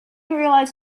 realized